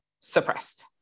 suppressed